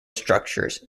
structures